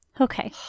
Okay